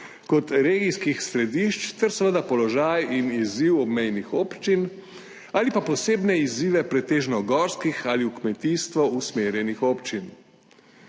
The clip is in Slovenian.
kot regijskih središč ter seveda položaj in izziv obmejnih občin ali pa posebne izzive pretežno gorskih ali v kmetijstvo usmerjenih občin.